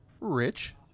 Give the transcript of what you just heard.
Rich